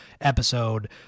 episode